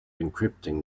encrypting